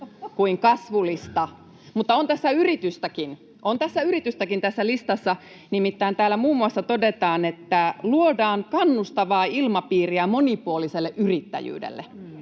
yritystäkin. On tässä yritystäkin, tässä listassa, nimittäin täällä muun muassa todetaan, että ”luodaan kannustavaa ilmapiiriä monipuoliselle yrittäjyydelle”.